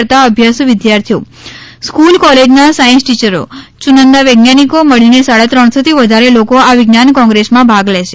કરતા આભ્યાસુ વિદ્યાર્થીઓ સ્ક્રલ કોલેજના સાયન્સ ટીચરો ચુંનદા વૈજ્ઞાનિકો મળીને સાડા ત્રણસોથી વધારે લોકો આ વિજ્ઞાન કોંગ્રેસમાં ભાગ લેશે